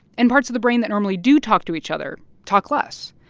and parts of the brain that normally do talk to each other talk less.